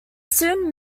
soon